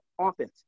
offense